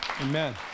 Amen